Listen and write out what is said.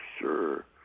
sure